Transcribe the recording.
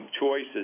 choices